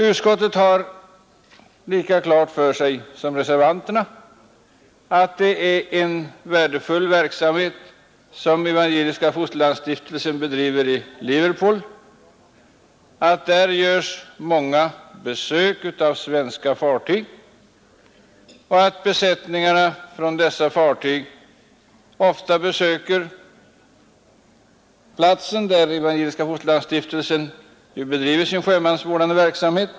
Utskottet har lika klart för sig som reservanterna att det är en värdefull verksamhet som Evangeliska fosterlandsstiftelsen bedriver i Liverpool, att där görs många besök av svenska fartyg och att besättningarna på dessa fartyg ofta besöker platsen där Evangeliska fosterlandsstiftelsen nu bedriver sin sjömansvårdande verksamhet.